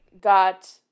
got